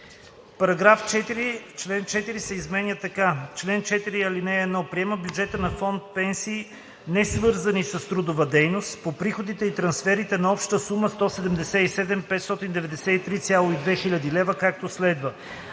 „§ 4. Член 4 се изменя така: „Чл. 4 (1) Приема бюджета на фонд „Пенсии, несвързани с трудова дейност“ по приходите и трансферите на обща сума 177 593,2 хил. лв., както следва:“.